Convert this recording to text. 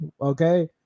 Okay